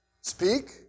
speak